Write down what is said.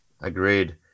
Agreed